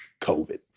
COVID